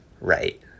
right